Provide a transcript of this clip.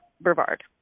Brevard